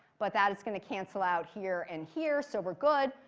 but that is going to cancel out here and here, so we're good.